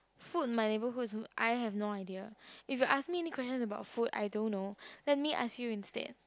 food in my neighborhood I have no idea if you ask me any question about food I don't know let me ask you instead